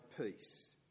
peace